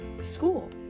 school